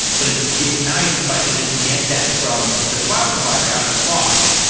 but it's it's nice if i can just get that from the cloud provider out of the box.